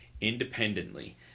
independently